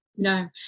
No